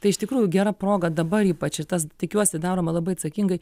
tai iš tikrųjų gera proga dabar ypač tas tikiuosi daroma labai atsakingai